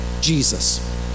Jesus